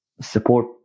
support